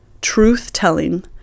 truth-telling